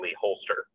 holster